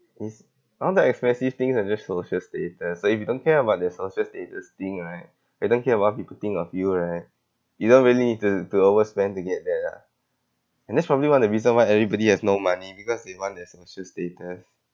is all the expensive things are just social status so if you don't care about the social status thing right you don't care about what people think of you right you don't really need to to overspend to get there ah and that's probably one of the reason why everybody has no money because they want their social status